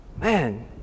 Man